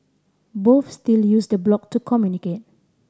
both still use the blog to communicate